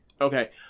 okay